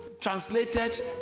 translated